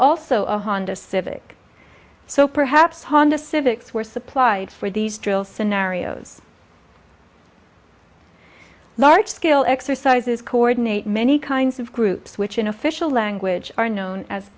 also a honda civic so perhaps honda civics were supplied for these drills scenarios large scale exercises coordinate many kinds of groups which in official language are known as